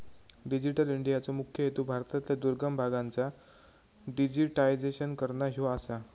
digital इंडियाचो मुख्य हेतू भारतातल्या दुर्गम भागांचा डिजिटायझेशन करना ह्यो आसा